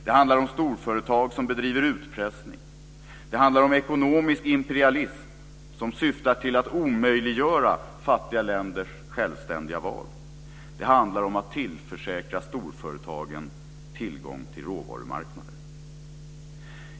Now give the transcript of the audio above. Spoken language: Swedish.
Det handlar om storföretag som bedriver utpressning. Det handlar om en ekonomisk imperialism som syftar till att omöjliggöra fattiga länders självständiga val. Det handlar om att tillförsäkra storföretagen tillgång till råvarumarknader.